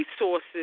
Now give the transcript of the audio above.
resources